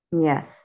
Yes